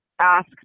ask